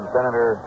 Senator